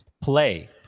play